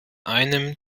einem